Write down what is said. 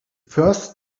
first